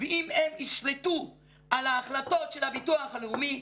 ואם הם ישלטו על ההחלטות של הביטוח הלאומי,